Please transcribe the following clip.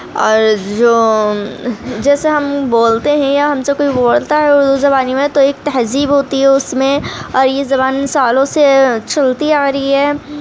اور جو جیسے ہم بولتے ہیں یا ہم سے کوئی بولتا ہے اُردو زبانی میں تو ایک تہذیب ہوتی ہے اُس میں اور یہ زبان سالوں سے چلتی آ رہی ہے